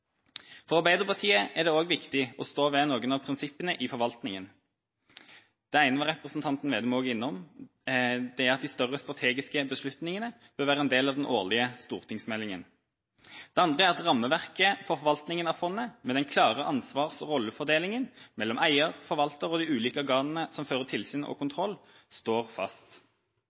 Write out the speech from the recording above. For Arbeiderpartiet er det også viktig å stå ved noen av prinsippene i forvaltninga: Det ene var representanten Slagsvold Vedum innom, det er at de større strategiske beslutningene bør være en del av den årlige stortingsmeldinga. Det andre er at rammeverket for forvaltninga av fondet – med den klare ansvars- og rollefordelinga mellom eier, forvalter og de ulike organene som fører tilsyn og kontroll – står fast.